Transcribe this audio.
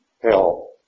hell